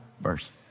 verse